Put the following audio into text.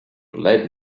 lend